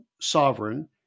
Sovereign